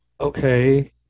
okay